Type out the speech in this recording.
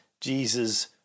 Jesus